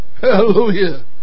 Hallelujah